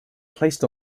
placed